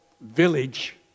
village